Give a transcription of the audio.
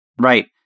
Right